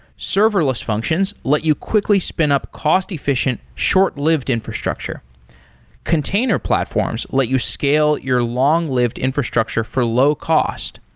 serverless functions let you quickly spin up cost-efficient, short-lived infrastructure container platforms let you scale your long-lived infrastructure for low cost.